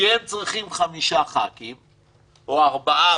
כי הם צריכים חמישה חברי כנסת או ארבעה,